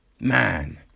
Man